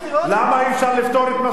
למה, קדימה לא חתמה הסכמים קואליציוניים?